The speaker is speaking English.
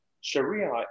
Sharia